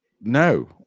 no